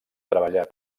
treballar